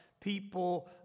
people